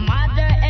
Mother